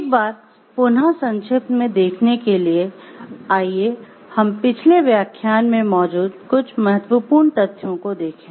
एक बार पुनः संक्षिप्त मे देखने के लिए आइए हम पिछले व्याख्यान में मौजूद कुछ महत्वपूर्ण तथ्यों को देखें